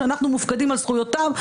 שאנחנו מופקדים על זכויותיו,